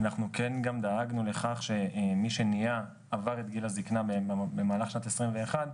אנחנו כן גם דאגנו לכך שמי שעבר את גיל הזקנה במהלך שנת 2021,